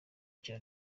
cya